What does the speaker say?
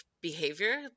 behavior